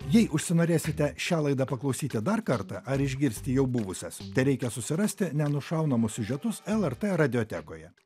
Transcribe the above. jei užsinorėsite šią laidą paklausyti dar kartą ar išgirsti jau buvusias tereikia susirasti nenušaunamus siužetus lrt radiotekoje